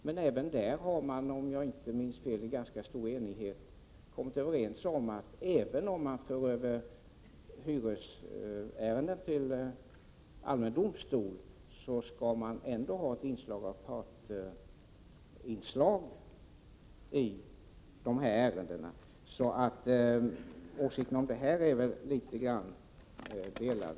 Men även där har man — om jag inte minns fel — varit ganska enig om att vi, även om hyresärenden förs över till allmän domstol, skall ha ett partsinslag i dessa ärenden. Åsikterna här är litet grand delade.